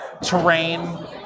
terrain